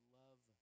love